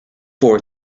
for